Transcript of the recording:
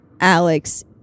Alex